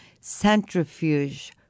centrifuge